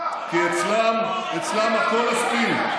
כי אצלם הכול ספין.